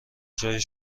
جای